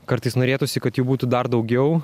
kartais norėtųsi kad jų būtų dar daugiau